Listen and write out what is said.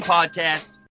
Podcast